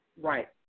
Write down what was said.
Right